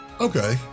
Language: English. Okay